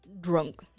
drunk